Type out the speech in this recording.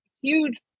huge